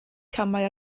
camau